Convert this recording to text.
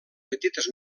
petites